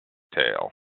tail